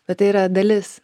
bet tai yra dalis